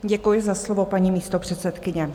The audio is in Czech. Děkuji za slovo, paní místopředsedkyně.